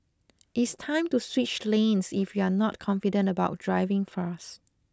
it's time to switch lanes if you're not confident about driving fast